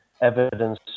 evidence